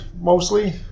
mostly